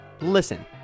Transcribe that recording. Listen